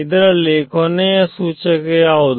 ಇದರಲ್ಲಿ ಕೊನೆಯ ಸೂಚಕ ಯಾವುದು